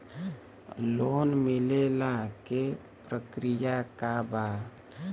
Loan मिलेला के प्रक्रिया का बा?